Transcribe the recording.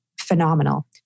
phenomenal